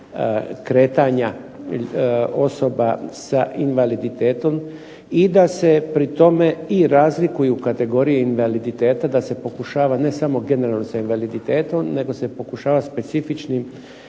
kretanja osoba sa invaliditetom i da se pri tome i razlikuju kategorije invaliditeta, da se pokušava ne samo generalno sa invaliditetom nego se pokušava specifičnim